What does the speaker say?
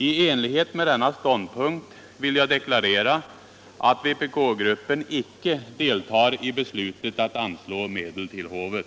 I enlighet med denna ståndpunkt vill jag deklarera att vpk-gruppen icke deltar i beslutet att anslå medel till hovet.